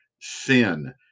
sin